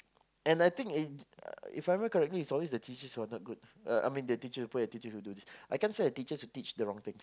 and I think if If I remember correctly its always the teacher who are not good uh I mean the teacher who put attitude who do thing I can't say the teacher who teach the wrong things